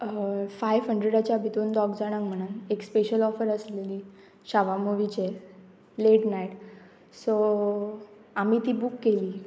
five हंड्रेडाच्या भितून दोग जाणांक म्हणन एक स्पेशल ऑफर आसलेली शावा मुवीचेर लेट नायट सो आमी ती बूक केली